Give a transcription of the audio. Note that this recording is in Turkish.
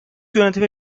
yönetimi